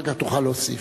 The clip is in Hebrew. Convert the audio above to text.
אחר כך תוכל להוסיף.